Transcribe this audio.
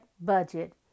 budget